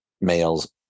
males